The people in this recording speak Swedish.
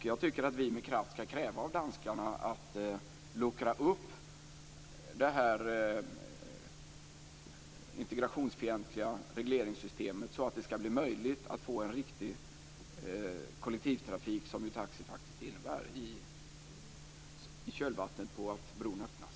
Jag tycker att vi med kraft skall kräva av danskarna att de luckrar upp det integrationsfientliga regleringssystemet, så att det blir möjligt att få en riktig kollektivtrafik, som taxi faktiskt innebär, i kölvattnet av att bron öppnas.